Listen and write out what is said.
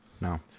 No